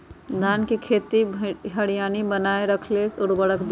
धान के खेती की हरियाली बनाय रख लेल उवर्रक दी?